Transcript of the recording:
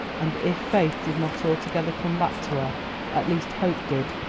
and if faith did not altogether come back to her at least hope did,